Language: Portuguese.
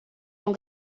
são